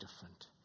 different